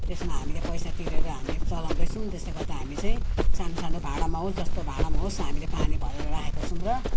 त्यसमा हामीले पैसा तिरेर हामीहरू चलाउँदैछौँ त्यस्तै गर्दा हामी चाहिँ सानसानो भाँडामा होस् जस्तो भाँडामा होस् हामीले पानी भरेर राखेको छौँ र